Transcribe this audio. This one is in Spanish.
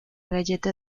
galleta